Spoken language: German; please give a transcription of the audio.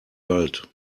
wald